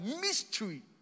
mystery